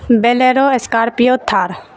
bolero scorpio Thar